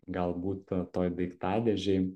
galbūt toj daiktadėžėj